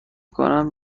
کنم